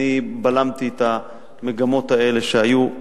אני בלמתי את המגמות האלה שהיו.